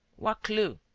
what clue?